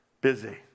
Busy